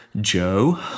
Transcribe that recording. Joe